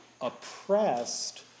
oppressed